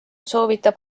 soovitab